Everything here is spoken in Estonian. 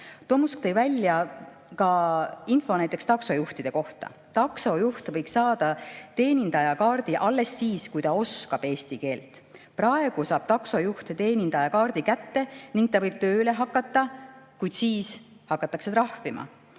Tomusk tõi välja ka info näiteks taksojuhtide kohta. Taksojuht võiks saada teenindajakaardi alles siis, kui ta oskab eesti keelt. Praegu saab taksojuht teenindajakaardi kätte ning ta võib tööle hakata, kuid siis hakatakse trahvima.